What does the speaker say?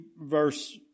verse